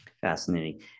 Fascinating